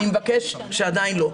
אני מבקש שעדיין לא.